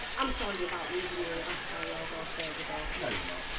i'm sorry about leaving you in a back alley all those days ago. no you're not.